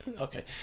Okay